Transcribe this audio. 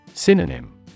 Synonym